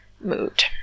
mood